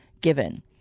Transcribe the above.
given